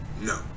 No